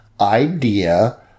idea